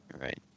Right